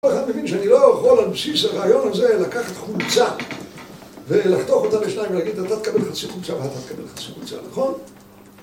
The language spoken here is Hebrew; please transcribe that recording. כל אחד מבין, שאני לא יכול על בסיס הרעיון הזה, לקחת חולצה ולחתוך אותה לשניים ולהגיד אתה תקבל חצי חולצה ואתה תקבל חצי חולצה, נכון?